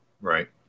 right